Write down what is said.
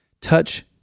Touch